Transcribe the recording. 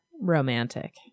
Romantic